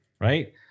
right